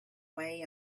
way